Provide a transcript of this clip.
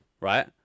right